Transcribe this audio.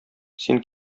син